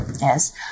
Yes